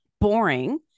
boring